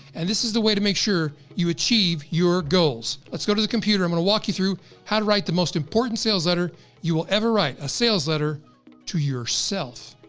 and this is the way to make sure you achieve your goals. let's go to the computer. i'm gonna walk you through how to write the most important sales letter you will ever write. a sales letter to yourself.